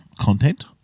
content